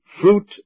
fruit